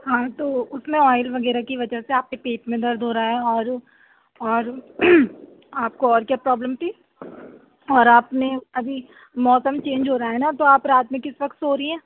ہاں تو اس میں آئل وغیرہ کی وجہ سے آپ کے پیٹ میں درد ہو رہا ہے اور اور آپ کو اور کیا پرابلم تھی اور آپ نے ابھی موسم چینج ہو رہا ہے نا تو آپ رات میں کس وقت سو رہی ہیں